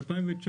ב-2019,